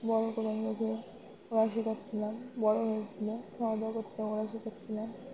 বড় করব বলে ওড়া শেখাচ্ছিলাম বড়ো হয়েছিল খাওয়া দাওয়া করছিল ওড়া শেখাচ্ছিলাম